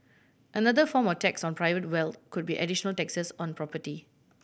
another form of tax on private wealth could be additional taxes on property